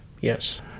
Yes